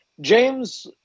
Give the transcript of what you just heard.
James